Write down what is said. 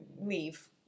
leave